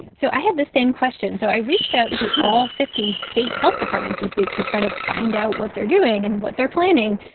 so i had the same question. so i reached out to all fifty state health departments this week to try to find out what they're doing and what they're planning.